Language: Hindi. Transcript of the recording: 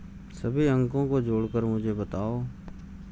सभी अंकों को जोड़कर मुझे बताओ